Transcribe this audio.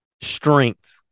strength